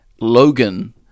logan